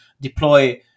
deploy